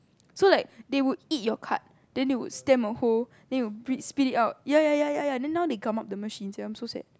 so like they would eat your card then they would stamp a hole then they will spit it out ya ya ya ya ya then now they come out the machine sia I'm so sad